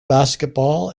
basketball